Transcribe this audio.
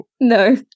No